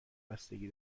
بستگی